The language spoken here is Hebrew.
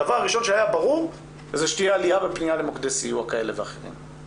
הדבר הראשון שהיה ברור זה שתהיה עלייה בפנייה למוקדי סיוע כאלה ואחרים.